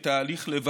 שנמצא ברוב